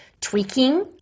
tweaking